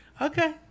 Okay